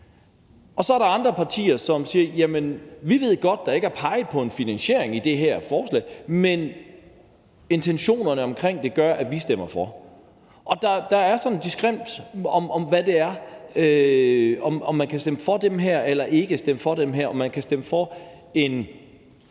Og så er der andre partier, som siger: Jamen vi ved godt, at der ikke er peget på en finansiering af det her forslag, men intentionerne i det gør, at vi stemmer for. Der er sådan en diskrepans, i forhold til om man kan stemme for de her borgerforslag eller man ikke kan stemme for dem, altså om man kan stemme for en